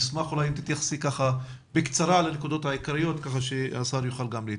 נשמח אם תתייחסי בקצרה לנקודות העיקריות כך שגם השר יוכל להתייחס.